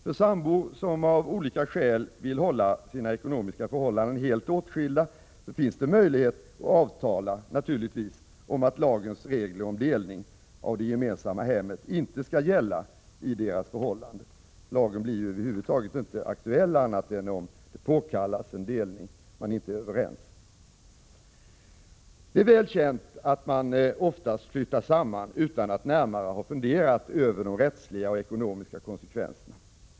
För sambor som av olika skäl vill hålla sina ekonomiska förhållanden helt åtskilda finns det möjlighet att avtala om att lagens regler om delning av det gemensamma hemmet inte skall gälla i deras förhållande. Lagen blir över huvud taget inte aktuell annat än om en delning påkallas och man inte är överens. Det är väl känt att man oftast flyttar samman utan att närmare ha funderat över de rättsliga och ekonomiska konsekvenserna.